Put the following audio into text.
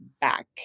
back